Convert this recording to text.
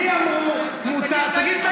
לי אמרו שמותר להגיד, תגיד.